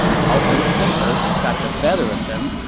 cao hong's temper got the better of him,